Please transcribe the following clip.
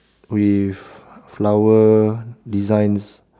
with flower designs